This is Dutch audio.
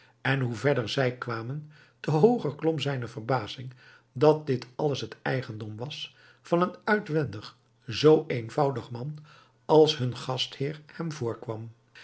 en hoe verder zij kwamen te hooger klom zijne verbazing dat dit alles het eigendom was van een uitwendig zoo eenvoudig man als hun gastheer hem voorkwam